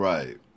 Right